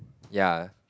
ya